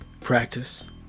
Practice